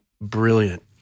brilliant